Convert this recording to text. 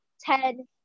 ten